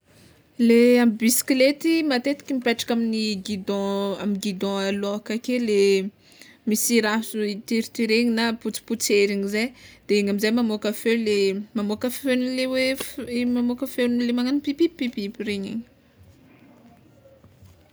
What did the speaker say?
Le amy bisiklety matetika mipetraka amin'ny gidon amy gidon aloka ake le misy raha tiritiregny na potsipotseriny zay de igny amizay mamoaka feo le mamoaka feonle f- mamoaka feonle magnagno pipimp pipimp regny igny.